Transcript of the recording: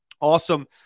awesome